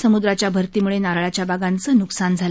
समुद्राच्या भरतीमुळे नारळाच्या बागांचं न्कसान झालं